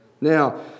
Now